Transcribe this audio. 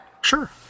Sure